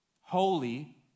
holy